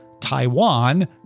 Taiwan